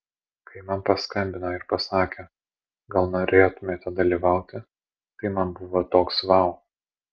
kai man paskambino ir pasakė gal norėtumėte dalyvauti tai man buvo toks vau